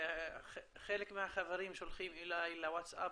חלק מהחברים שולחים אליי לווטסאפ,